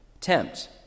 tempt